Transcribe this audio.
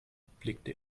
blickte